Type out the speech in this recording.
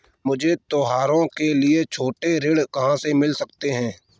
मुझे त्योहारों के लिए छोटे ऋण कहाँ से मिल सकते हैं?